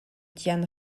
diane